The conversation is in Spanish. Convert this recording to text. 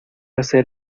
hacer